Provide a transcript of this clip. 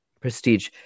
Prestige